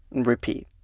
and repeat.